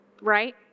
right